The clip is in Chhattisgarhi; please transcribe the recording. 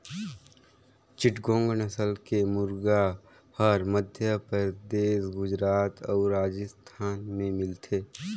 चिटगोंग नसल के मुरगा हर मध्यपरदेस, गुजरात अउ राजिस्थान में मिलथे